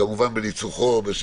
כמובן בניצוחו של